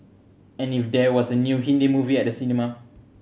and if there was a new Hindi movie at the cinema